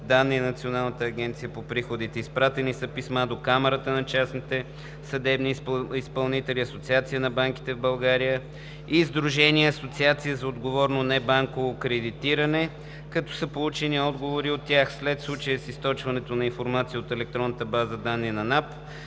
данни на Националната агенция за приходите. Изпратени са писма до Камарата на частните съдебни изпълнители, Асоциацията на банките в България и Сдружение „Асоциация за отговорно небанково кредитиране“, като са получени отговори от тях. След случая с източването на информация от електронната база данни на НАП,